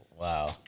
Wow